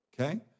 okay